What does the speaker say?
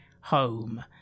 home